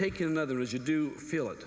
take another as you do feel it